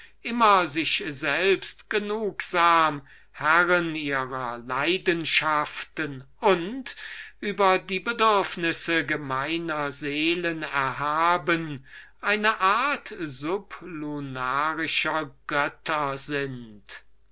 immer sich selbst genugsam herren ihrer leidenschaften und über die bedürfnisse gemeiner seelen erhaben eine art von sublunarischen göttern sind